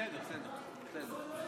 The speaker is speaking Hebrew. בסדר, זה בסדר.